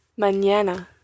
Mañana